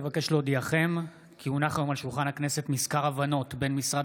אבקש להודיעכם כי הונח היום על שולחן הכנסת מזכר הבנות בין משרד